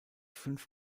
fünf